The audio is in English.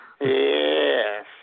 Yes